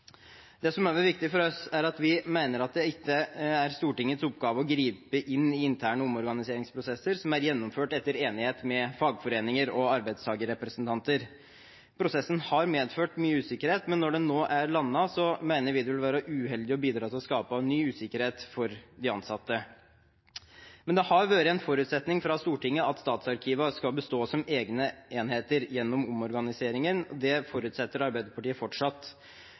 Det som er viktig for oss, er at det ikke er Stortingets oppgave å gripe inn i interne omorganiseringsprosesser som er gjennomført etter enighet med fagforeninger og arbeidstakerrepresentanter. Prosessen har medført mye usikkerhet, men når den nå er landet, mener vi det vil være uheldig å bidra til å skape ny usikkerhet for de ansatte. Det har vært en forutsetning fra Stortinget at statsarkivene skal bestå som egne enheter gjennom omorganiseringen. Det forutsetter Arbeiderpartiet fortsatt.